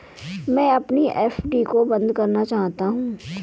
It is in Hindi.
मैं अपनी एफ.डी को बंद करना चाहता हूँ